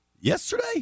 yesterday